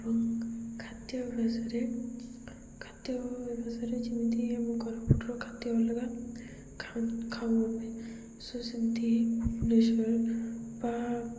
ଏବଂ ଖାଦ୍ୟ ବ୍ୟବସାୟରେ ଖାଦ୍ୟ ବ୍ୟବସାୟରେ ଯେମିତି ଆମ କୋରାପୁଟର ଖାଦ୍ୟ ଅଲଗା ଖା ଖାଉ ଆମେ ସୋ ସେମିତି ଭୁବନେଶ୍ୱର ବା